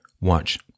Watch